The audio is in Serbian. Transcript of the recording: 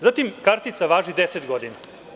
Zatim, kartica važi 10 godina.